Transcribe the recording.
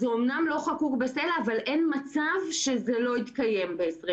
זה אמנם לא חקוק בסלע אבל אין מצב שזה לא יתקיים ב-2021.